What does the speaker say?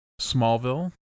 Smallville